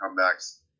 comebacks